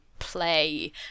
play